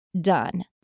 done